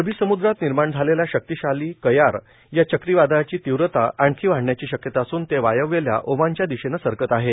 अरबी सम्द्रात निर्माण झालेल्या शक्तिशाली कयार या चक्रीवादळाची तीव्रता आणखी वाढण्याची शक्यता असून ते वायव्येला ओमानच्या दिशेनं सरकत आहे